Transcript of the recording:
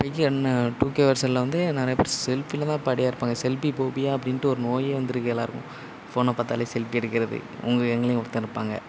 இப்போக்கி என்ன டூகே வெர்ஷனில் வந்து நிறைய பேர் செல்ஃபிலதான் இப்போ அடியாக இருப்பாங்க செல்ஃபிபோபியா அப்படீன்டு ஒரு நோயே வந்து இருக்குது எல்லோருக்கும் ஃபோனை பார்த்தாலே செல்ஃபி எடுக்கிறது உங்க கேங்லையும் ஒருத்தர் இருப்பாங்க